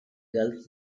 girls